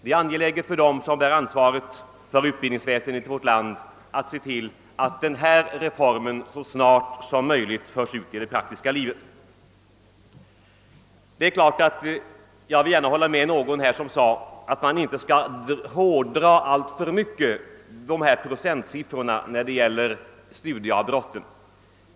Det är angeläget för dem som bär ansvaret för utbildningsväsendet i vårt land att se till att denna reform så snart som möjligt förs ut i det praktiska livet. Jag kan hålla med den talare som sade att procentsiffrorna för studieavbrotten inte bör hårdras alltför mycket.